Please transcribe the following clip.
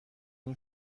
این